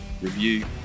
review